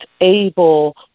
able